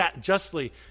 justly